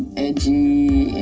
edgy and